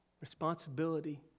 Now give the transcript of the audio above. Responsibility